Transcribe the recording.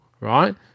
right